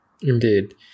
indeed